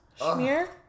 schmear